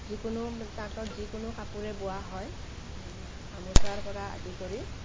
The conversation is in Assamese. যিকোনো তাঁতত যিকোনো কাপোৰে বোৱা হয় গামোচাৰ পৰা আদি কৰি